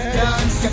dance